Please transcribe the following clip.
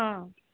ହଁ